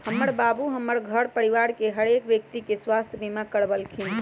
हमर बाबू हमर घर परिवार के हरेक व्यक्ति के स्वास्थ्य बीमा करबलखिन्ह